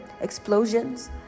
explosions